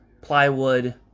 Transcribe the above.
plywood